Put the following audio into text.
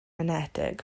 enetig